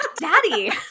daddy